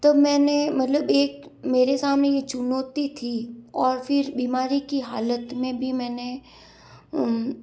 तब मैंने मतलब एक मेरे सामने ये चुनौती थी और फिर बीमारी की हालत में भी मैंने